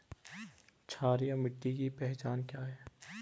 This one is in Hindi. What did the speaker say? क्षारीय मिट्टी की पहचान क्या है?